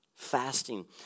Fasting